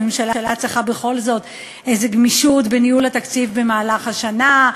הממשלה צריכה בכל זאת איזו גמישות בניהול התקציב במהלך השנה,